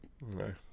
No